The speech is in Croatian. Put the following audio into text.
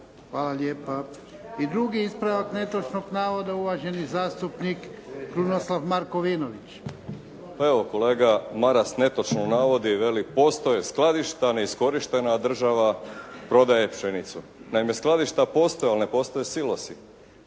Hvala lijepa. I drugi ispravak netočnog navoda, uvaženi zastupnik Krunoslav Markovinović. Izvolite. **Markovinović, Krunoslav (HDZ)** Pa evo kolega Maras netočno navodi i veli, postoje skladišta neiskorištena, a država prodaje pšenicu. Naime skladišta postoje, ali ne postoje silosi.